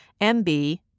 MB